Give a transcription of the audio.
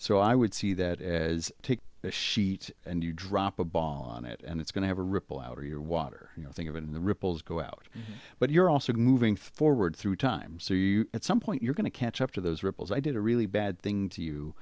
so i would see that as take a sheet and you drop a ball on it and it's going to have a ripple out of your water you know think of it in the ripples go out but you're also moving forward through time so you at some point you're going to catch up to those ripples i did a really bad thing to you